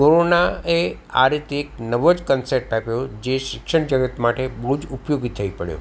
corona એ આ રીતે એક નવો જ કન્સેપ્ટ આપ્યો જે શિક્ષણ જગત માટે બહુ જ ઉપયોગી થઈ પડ્યો